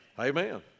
Amen